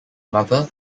mother